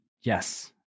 yes